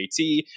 jt